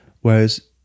Whereas